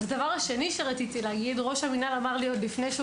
הדבר השני שרציתי להגיד זה שראש המנהל אמר לי לפני שהוא